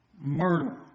murder